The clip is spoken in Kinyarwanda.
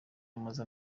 amaze